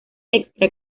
extra